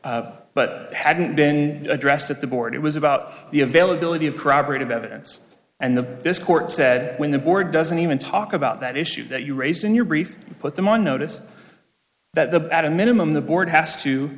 but hadn't been addressed at the board it was about the availability of corroborative evidence and the this court said when the board doesn't even talk about that issue that you raised in your brief put them on notice that the at a minimum the board has to